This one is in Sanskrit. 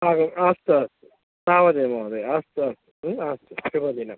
आगच्छतु अस्तु अस्तु तावदेव महोदय अस्तु अस्तु ह्म् अस्तु शुभदिनम्